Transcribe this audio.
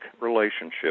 relationship